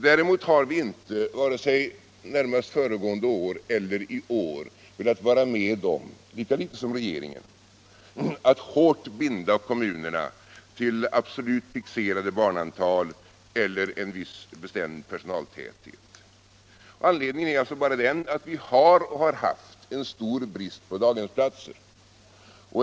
Däremot har vi inte, vare sig närmast föregående år eller i år, velat vara med om -— lika litet som regeringen — att hårt binda kommunerna till absolut fixerade barnantal eller en viss bestämd personaltäthet. Anledningen är alltså bara den att vi har och har haft en stor brist på daghemsplatser.